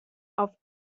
auf